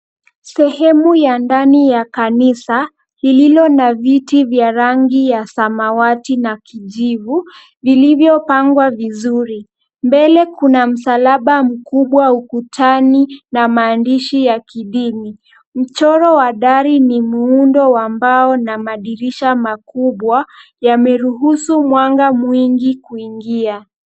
Sehemu ya ndani ya kanisa lililo na viti vya rangi ya samawati na kijivu vilivyopangwa vizuri. Mbele kuna msalaba mkubwa ukutani na maandishi ya kidini. Mchoro wa dari ni muundo wa mbao na madirisha makubwa yameruhusu mwanga mwingi kuingia.